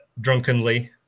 drunkenly